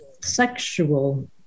sexual